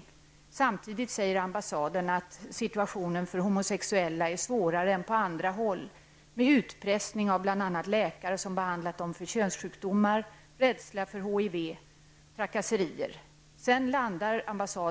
Men samtidigt säger ambassaden att situationen för homosexuella är svårare än på andra håll. Det förekommer bl.a. utpressning av läkare som behandlat homosexuella för könssjukdomar. Det finns en rädsla för HIV, och det förekommer trakasserier. Ambassaden